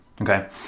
Okay